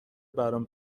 برام